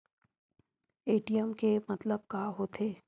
ATM के मतलब का होथे?